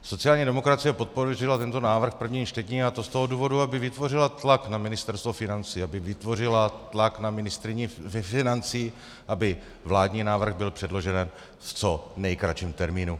Sociální demokracie podpořila tento návrh v prvním čtení, a to z toho důvodu, aby vytvořila tlak na Ministerstvo financí, aby vytvořila tlak na ministryni financí, aby vládní návrh byl předložen v co nejkratším termínu.